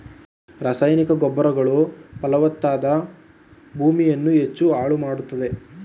ರಾಸಾಯನಿಕ ರಸಗೊಬ್ಬರಗಳು ಫಲವತ್ತಾದ ಭೂಮಿಯನ್ನು ಹೆಚ್ಚು ಹಾಳು ಮಾಡತ್ತದೆ